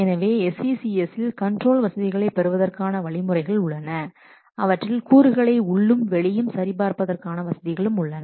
எனவே SCCS இல் control வசதிகளை பெறுவதற்கான வழிமுறைகள் உள்ளன அவற்றில் கூறுகளை உள்ளும் வெளியும் சரி பார்ப்பதற்கான வசதிகளும் உள்ளன